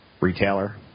retailer